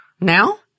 Now